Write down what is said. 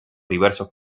diversos